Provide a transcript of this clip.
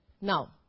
now